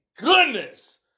Goodness